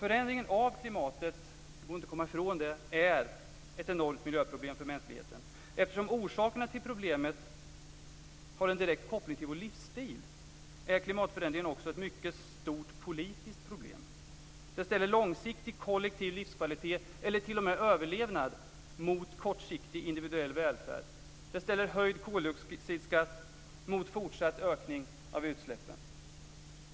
Det går inte att komma ifrån att förändringen av klimatet är ett enormt miljöproblem för mänskligheten. Eftersom orsakerna till problemet har en direkt koppling till vår livsstil är klimatförändringen också ett mycket stort politiskt problem. Det ställer långsiktig kollektiv livskvalitet eller t.o.m. överlevnad mot kortsiktig individuell välfärd. Det ställer höjd koldioxidskatt mot en fortsatt ökning av utsläppen.